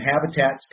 habitats